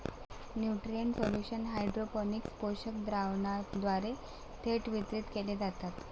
nutrient solution hydroponics पोषक द्रावणाद्वारे थेट वितरित केले जातात